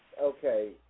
okay